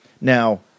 Now